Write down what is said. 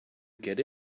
get